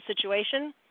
situation